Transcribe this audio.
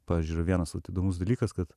pavydžiui yra vienas vat įdomus dalykas kad